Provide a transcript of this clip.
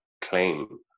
claim